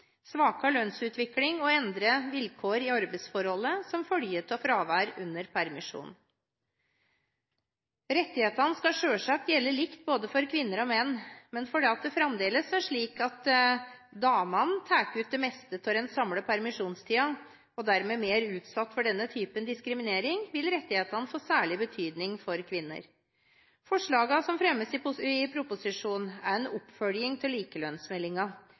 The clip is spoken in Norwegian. svakere lønnsutvikling og endrede vilkår i arbeidsforholdet som følge av fraværet under permisjonen. Rettighetene skal selvsagt gjelde likt både for kvinner og menn, men fordi det fremdeles er slik at damene tar ut det meste av den samlede permisjonstiden og dermed er mer utsatt for denne typen diskriminering, vil rettighetene få særlig betydning for kvinner. Forslagene som fremmes i proposisjonen, er en oppfølging